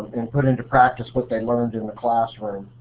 and put into practice what they and learned in the classroom.